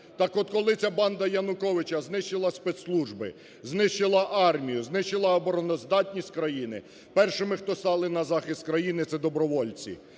так от коли ця банда Януковича знищила спецслужби, знищила армію, знищила обороноздатність країни, першими, хто стали на захист країни, це добровольці.